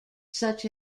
such